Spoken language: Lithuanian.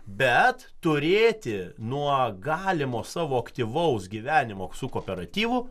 bet turėti nuo galimo savo aktyvaus gyvenimo su kooperatyvu